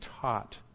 taught